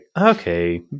okay